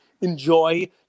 Enjoy